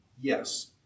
Yes